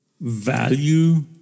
value